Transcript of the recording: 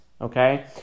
okay